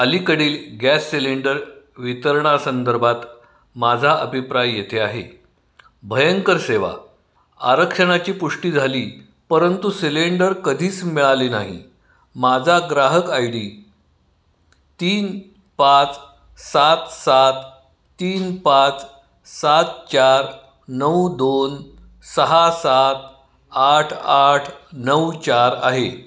अलीकडील gas cylinder वितरणा संदर्भात माझा अभिप्राय येथे आहे भयंकर सेवा आरक्षणाची पुष्टी झाली परंतु सिलेंडर कधीच मिळाले नाही माझा ग्राहक आय डी तीन पाच सात सात तीन पाच सात चार नऊ दोन सहा सात आठ आठ नऊ चार आहे